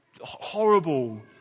horrible